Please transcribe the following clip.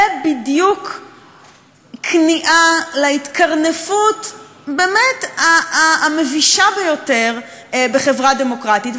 זו בדיוק כניעה להתקרנפות הבאמת-מבישה ביותר בחברה דמוקרטית.